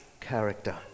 character